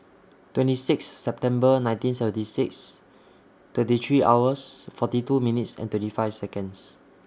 twenty six September nineteen seventy six twenty three hours forty two minutes and thirty five Seconds